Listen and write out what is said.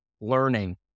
learning